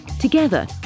Together